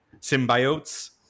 symbiotes